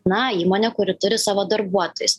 na įmonė kuri turi savo darbuotojus